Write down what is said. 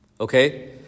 Okay